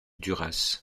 duras